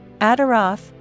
Adaroth